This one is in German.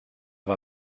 war